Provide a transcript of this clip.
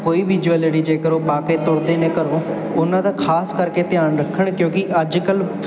ਕੋਈ ਵੀ ਜਵੈਲਰੀ ਜੇਕਰ ਉਹ ਪਾ ਕੇ ਤੁਰਦੇ ਨੇ ਘਰੋਂ ਉਹਨਾਂ ਦਾ ਖ਼ਾਸ ਕਰਕੇ ਧਿਆਨ ਰੱਖਣ ਕਿਉਂਕਿ ਅੱਜ ਕੱਲ੍ਹ